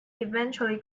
eventually